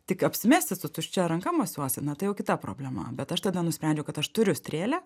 tik apsimesi su tuščia ranka mosuosi na tai jau kita problema bet aš tada nusprendžiau kad aš turiu strėlę